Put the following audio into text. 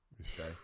okay